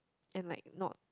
and like not